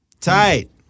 Tight